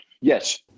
Yes